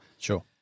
Sure